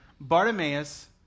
Bartimaeus